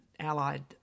allied